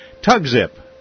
TugZip